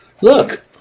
Look